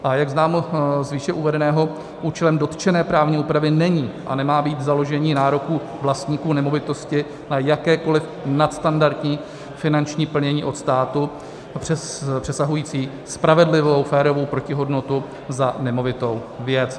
A jak známo z výše uvedeného, účelem dotčené právní úpravy není a nemá být založení nároku vlastníků nemovitosti na jakékoliv nadstandardní finanční plnění od státu přes přesahující spravedlivou, férovou protihodnotu za nemovitou věc.